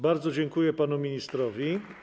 Bardzo dziękuję panu ministrowi.